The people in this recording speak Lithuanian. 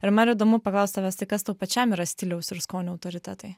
ir man įdomu paklaust tavęs tai kas tau pačiam yra stiliaus ir skonio autoritetai